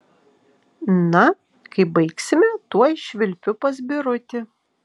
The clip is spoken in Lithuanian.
na kai baigsime tuoj švilpiu pas birutį